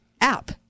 app